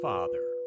Father